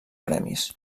premis